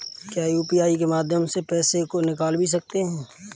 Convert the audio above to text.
क्या यू.पी.आई के माध्यम से पैसे को निकाल भी सकते हैं?